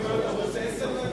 ממשל כמו ערוץ-10, נניח?